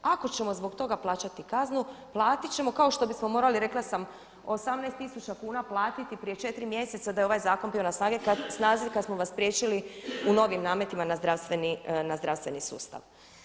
Ako ćemo zbog toga plaćati kaznu, platiti ćemo, kao što bismo morali, rekla sam, 18 tisuća kuna platiti prije 4 mjeseca da je ovaj zakon bio na snazi kada smo vas spriječili u novim nametima na zdravstveni sustav.